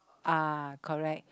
uh correct